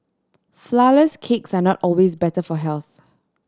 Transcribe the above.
flourless cakes are not always better for health